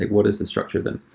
what is the structure then?